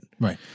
Right